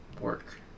work